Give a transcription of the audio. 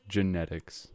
Genetics